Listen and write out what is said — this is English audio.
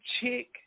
chick